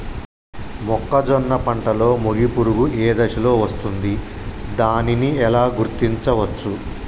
మొక్కజొన్న పంటలో మొగి పురుగు ఏ దశలో వస్తుంది? దానిని ఎలా గుర్తించవచ్చు?